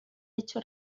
hecho